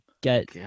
get